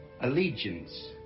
Allegiance